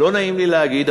לא נעים לי להגיד,